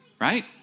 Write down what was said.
Right